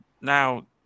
Now